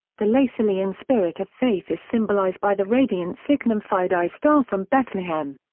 the lasallian spirit of faith is symbolized by the radiant signum fidei star from bethlehem.